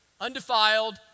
undefiled